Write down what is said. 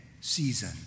season